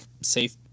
safe